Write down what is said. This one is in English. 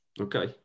Okay